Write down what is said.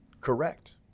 Correct